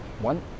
one